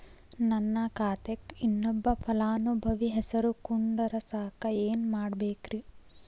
ನನ್ನ ಖಾತೆಕ್ ಇನ್ನೊಬ್ಬ ಫಲಾನುಭವಿ ಹೆಸರು ಕುಂಡರಸಾಕ ಏನ್ ಮಾಡ್ಬೇಕ್ರಿ?